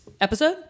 episode